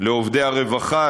לעובדי הרווחה,